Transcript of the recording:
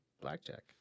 blackjack